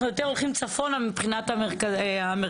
אנחנו יותר הולכים צפונה מבחינת המרכזים.